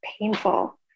painful